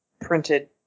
printed